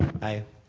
aye.